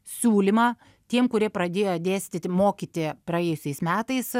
siūlymą tiem kurie pradėjo dėstyti mokyti praėjusiais metais